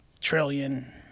trillion